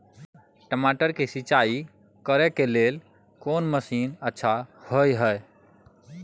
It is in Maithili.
टमाटर के सिंचाई करे के लेल कोन मसीन अच्छा होय है